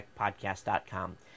TechPodcast.com